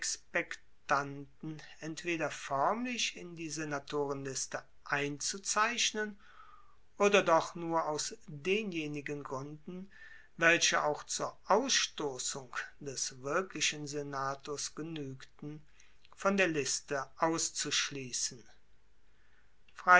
entweder foermlich in die senatorenliste einzuzeichnen oder doch nur aus denjenigen gruenden welche auch zur ausstossung des wirklichen senators genuegten von der liste auszuschliessen